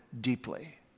deeply